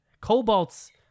Cobalt's